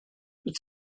but